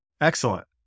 excellent